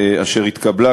אשר התקבלה,